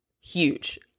huge